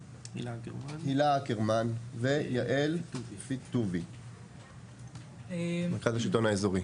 הילה אקרמן ויעל פיטובי, מרכז השלטון האזורי.